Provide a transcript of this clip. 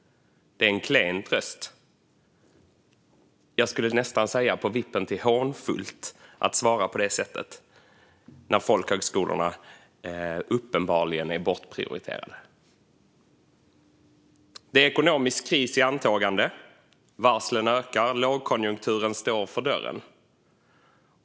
Det är en klen tröst. Jag skulle säga att det är på vippen till hånfullt att svara på det sättet när folkhögskolorna uppenbarligen är bortprioriterade. Det är ekonomisk kris i antågande. Varslen ökar och lågkonjunkturen stör för dörren.